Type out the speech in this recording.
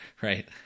right